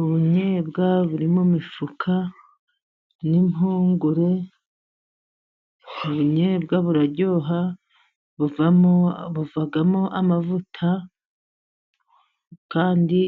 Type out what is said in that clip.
Ubunyebwa buri mu mifuka n'impungure, ubunyebwa buraryoha, buvamo amavuta, kandi